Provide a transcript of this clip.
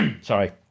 sorry